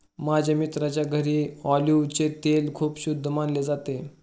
माझ्या मित्राच्या घरी ऑलिव्हचे तेल खूप शुद्ध मानले जाते